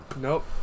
Nope